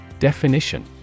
Definition